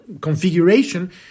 configuration